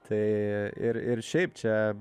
tai ir ir šiaip čia